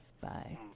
Bye